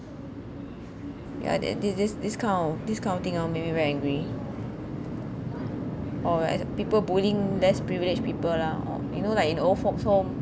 ya that this this this kind of this kind of thing oh make me very angry or as people bullying less privileged people lah or you know like in old folks home